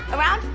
around,